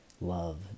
love